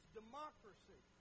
democracy